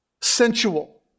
sensual